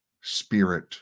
spirit